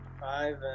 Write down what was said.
five